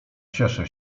cieszę